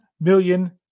million